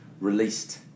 released